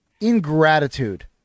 ingratitude